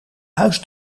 huis